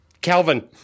Calvin